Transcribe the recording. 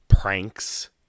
pranks